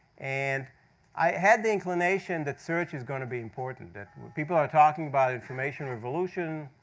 and i had the inclination that search is going to be important. that people are talking about information revolution,